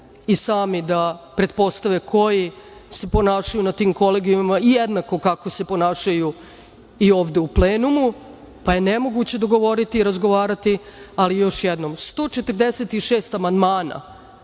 i sami da pretpostave koji, se ponašaju na tim kolegijumima jednako kako se ponašaju i ovde u plenumu pa je nemoguće dogovoriti i razgovarati. Ali, još jednom, 146 amandmana